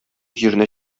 җиренә